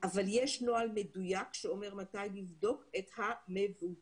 אבל יש נוהל מדויק שאומר מתי לבדוק את המבודדים.